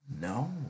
No